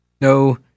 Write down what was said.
No